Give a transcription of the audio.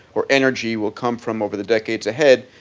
or energy will come from over the decades ahead,